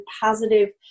positive